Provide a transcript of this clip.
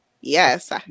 yes